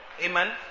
Amen